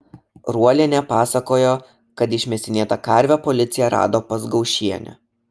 ruolienė pasakojo kad išmėsinėtą karvę policija rado pas gaušienę